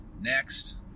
Next